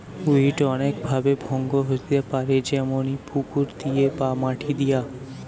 weed অনেক ভাবে ভঙ্গ হইতে পারে যেমনি পুকুর দিয়ে বা মাটি দিয়া